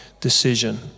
decision